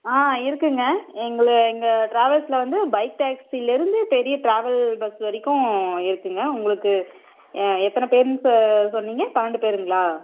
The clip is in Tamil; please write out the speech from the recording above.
ஆ இருக்குதுங்க எங்கள் எங்கள் டிராவல்ஸில் வந்து பைக் டேக்சிலேருந்து பெரிய டிராவல் பஸ் வரைக்கும் இருக்குதுங்க உங்களுக்கு எ எத்தனை பேருன்னு சொ சொன்னிங்க பன்னெரெண்டு பேர்ங்களா